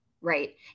right